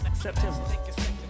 September